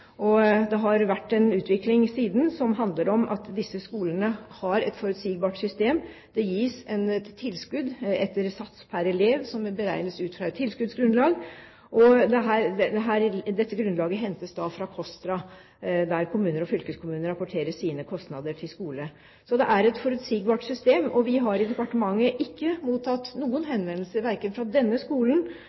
Det har vært en utvikling siden som handler om at disse skolene har et forutsigbart system. Det gis et tilskudd etter sats pr. elev, som beregnes ut fra et tilskuddsgrunnlag. Dette grunnlaget hentes fra KOSTRA, der kommuner og fylkeskommuner rapporterer sine kostnader til skole. Det er et forutsigbart system, og i departementet har vi ikke mottatt noen henvendelser verken fra denne skolen